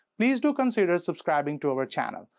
please do consider subscribing to our channel.